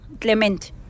Clement